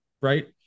Right